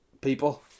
people